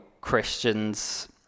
Christians